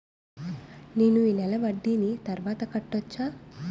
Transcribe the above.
నేను ఈ నెల వడ్డీని తర్వాత కట్టచా?